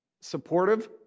Supportive